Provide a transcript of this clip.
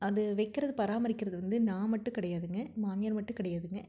அது வைக்கிறது பராமரிக்கிறது வந்து நான் மட்டும் கிடையாதுங்க மாமியார் மட்டும் கிடையாதுங்க